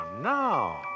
no